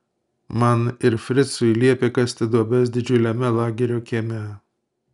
man ir fricui liepė kasti duobes didžiuliame lagerio kieme